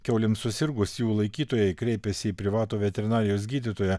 kiaulėms susirgus jų laikytojai kreipėsi į privatų veterinarijos gydytoją